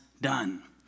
done